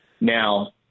Now